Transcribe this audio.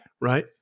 Right